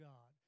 God